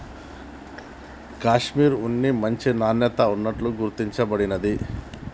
కాషిమిర్ ఉన్ని మంచి నాణ్యత ఉన్నట్టు గుర్తించ బడింది